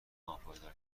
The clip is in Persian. ناپایدار